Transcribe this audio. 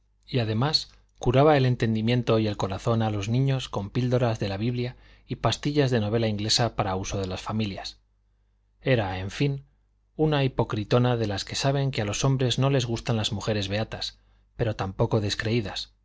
y además curaba el entendimiento y el corazón a los niños con píldoras de la biblia y pastillas de novela inglesa para uso de las familias era en fin una hipocritona de las que saben que a los hombres no les gustan las mujeres beatas pero tampoco descreídas